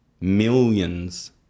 millions